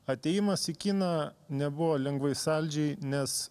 atėjimas į kiną nebuvo lengvai saldžiai nes